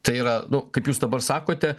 tai yra nu kaip jūs dabar sakote